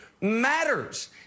matters